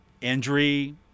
Injury